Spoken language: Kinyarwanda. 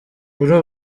kuri